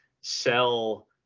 sell